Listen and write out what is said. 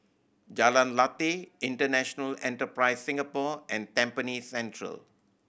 Jalan Lateh International Enterprise Singapore and Tampines Central